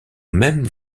même